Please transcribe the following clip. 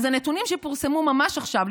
אז הנתונים שפורסמו ממש עכשיו,